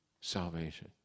salvation